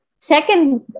Second